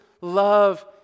love